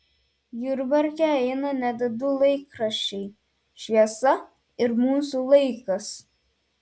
jurbarke eina net du laikraščiai šviesa ir mūsų laikas